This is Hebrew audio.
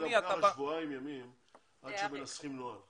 לוקח להם שבועיים ימים עד שהם מנסחים נוהל.